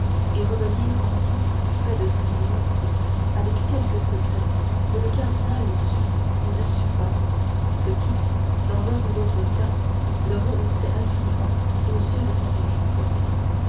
et revenir ensuite près de son éminence avec quelque secret que le cardinal sût ou ne sût pas ce qui dans l'un ou l'autre cas le rehaussait infiniment aux yeux de son ministre